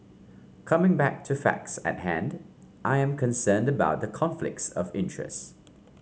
coming back to facts at hand I am concerned about the conflicts of interest